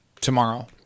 tomorrow